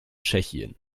tschechien